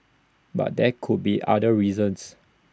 but there could be other reasons